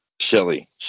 Shelly